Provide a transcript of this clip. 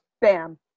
Bam